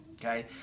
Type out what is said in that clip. okay